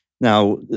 Now